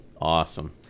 Awesome